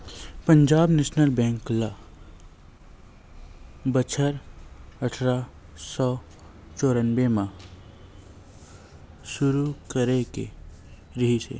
Punjab national bank ल बछर अठरा सौ चौरनबे म सुरू करे गे रिहिस हे